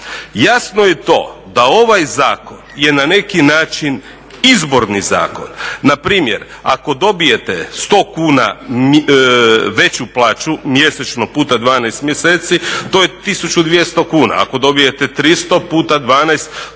Jasno je i to da ovaj zakon je na neki način izborni zakon, npr. ako dobijete 100 kuna veću plaću mjesečno puta 12 mjeseci to je 1200 kuna, ako dobijete 300 puta 12 to je